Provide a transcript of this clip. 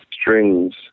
strings